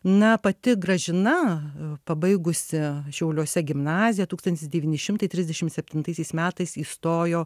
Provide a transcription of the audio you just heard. na pati gražina pabaigusi šiauliuose gimnaziją tūkstantis devyni šimtai trisdešim septintaisiais metais įstojo